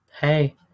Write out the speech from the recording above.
hey